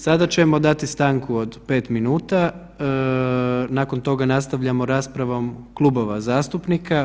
Sada ćemo dati stanku od 5 minuta, nakon toga nastavljamo raspravom klubova zastupnika.